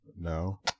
No